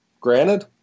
granted